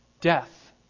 death